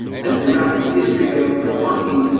and throughout the history of the parking,